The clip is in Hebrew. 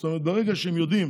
זאת אומרת, ברגע שיודעים